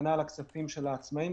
כנ"ל הכספים של העצמאיים,